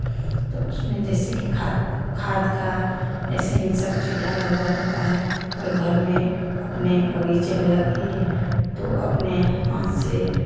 तो उसमें जैसे की खाद का ऐसे ही सब चीज़ डाला हुआ रहता है और घर में अपने बगीचे में लगाईए तो अपने हाथ से